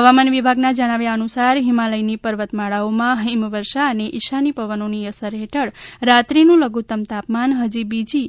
હવામાન વિભાગના જણાવ્યા અનુસાર હિમાલયની પર્વતમાળાઓમાં હિમવર્ષા અને ઈશાની પવનોની અસર હેઠળ રાત્રીનું લધુત્તમ તાપમાન ફજી બીજી